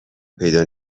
پیدا